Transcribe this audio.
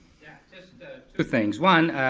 just two things, one,